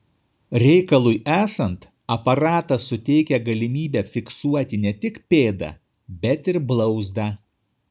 reikalui esant aparatas suteikia galimybę fiksuoti ne tik pėdą bet ir blauzdą